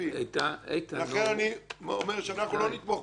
לכן אנחנו לא נתמוך בחוק הזה,